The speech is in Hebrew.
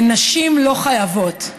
נשים לא חייבות.